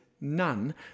none